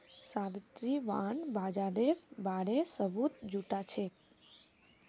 Savitri bond बाजारेर बारे सबूत जुटाछेक